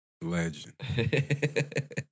Legend